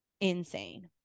insane